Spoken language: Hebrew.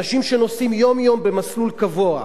אנשים שנוסעים יום-יום במסלול קבוע,